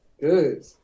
Good